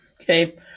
Okay